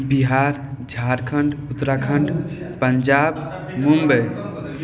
Bihar Jharkhand Uttarakhand Punjab Mumbai